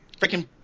freaking